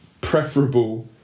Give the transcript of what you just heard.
preferable